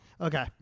Okay